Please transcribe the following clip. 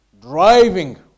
driving